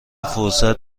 فرصت